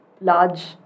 large